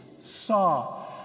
saw